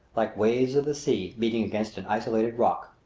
like waves of the sea beating against an isolated rock.